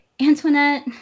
Antoinette